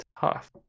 tough